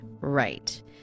Right